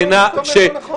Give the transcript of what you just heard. מה שאתה אומר לא נכון.